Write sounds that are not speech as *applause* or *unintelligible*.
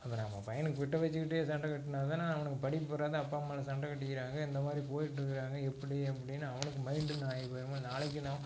அப்புறம் நம்ம பையனை கிட்ட வச்சுக்கிட்டே சண்டை கட்டினாதான அவனுக்கு படிப்பு வராது அப்பா அம்மா சண்டை கட்டிக்கிறாங்க இந்த மாதிரி போயிட்டிருக்கறாங்க எப்படி அப்படின்னு அவனுக்கு மைண்ட் *unintelligible* நாளைக்கு நாம்